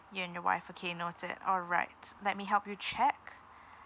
you and your wife okay noted all right let me help you check